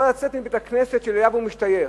יכול לצאת מבית-הכנסת שאליו הוא משתייך.